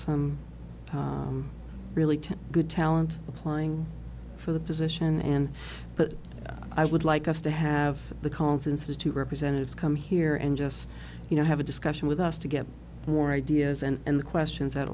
some really good talent applying for the position and but i would like us to have the confidence to representatives come here and just you know have a discussion with us to get more ideas and questions that